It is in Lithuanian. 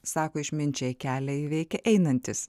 sako išminčiai kelią įveikia einantis